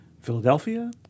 Philadelphia